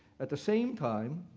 at the same time,